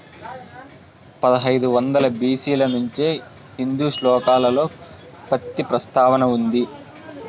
పదహైదు వందల బి.సి ల నుంచే హిందూ శ్లోకాలలో పత్తి ప్రస్తావన ఉంది